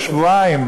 לשבועיים,